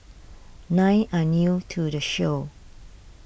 nine are new to the show